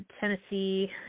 Tennessee